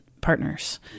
partners